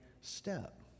step